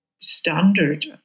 standard